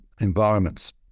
environments